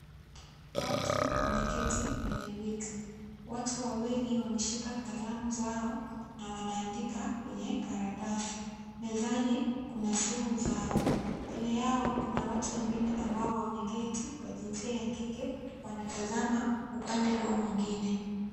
Watu wameketi kwenye viti, watu wawili wameshika kalamu zao na wanaandika kwenye karatasi. Mezani kuna simu zao. Mbele yao kuna watu wengine ambao wameketi, wa jinsia ya kike wanatazama upande huu mwingine.